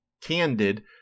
candid